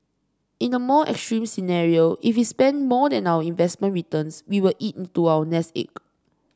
in the more extreme scenario if we spent more than our investment returns we will eat into our nest egg